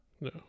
No